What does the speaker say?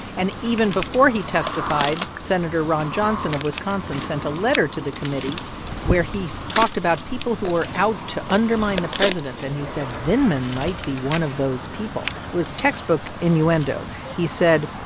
and even before he testified, senator ron johnson of wisconsin sent a letter to the committee where he's talked about people who are out to undermine the president. and he said vindman might be one of those people. it was textbook innuendo. he said,